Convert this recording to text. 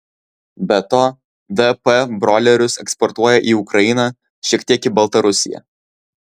be to dp broilerius eksportuoja į ukrainą šiek tiek į baltarusiją